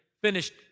finished